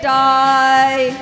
die